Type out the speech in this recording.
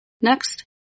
Next